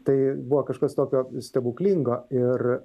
tai buvo kažkas tokio stebuklingo ir